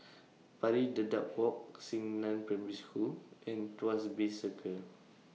Pari Dedap Walk Xingnan Primary School and Tuas Bay Circle